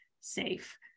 safe